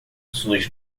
suas